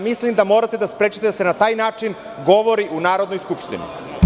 Mislim da morate da sprečite da se na taj način govori u Narodnoj skupštini.